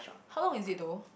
how long is it though